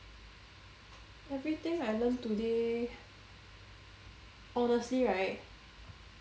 everything I learn today honestly right